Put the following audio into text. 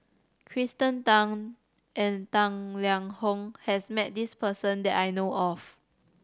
Kirsten Tan and Tang Liang Hong has met this person that I know of